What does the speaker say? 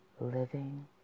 Living